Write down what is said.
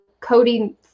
coding